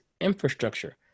infrastructure